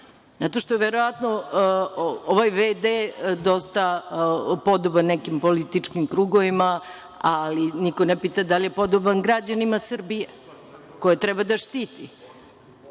Zato što verovatno ovaj v.d. dosta podoban nekim političkim krugovima, ali niko ne pita da li je podoban građanima Srbije koje treba da štiti.